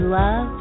love